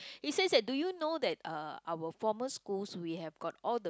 he says that do you know that uh our former schools we have got all the